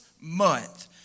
month